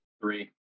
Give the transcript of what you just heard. Three